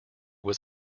was